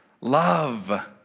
Love